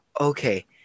okay